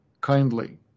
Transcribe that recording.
kindly